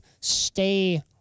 stay